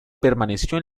permaneció